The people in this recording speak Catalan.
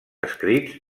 escrits